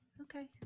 Okay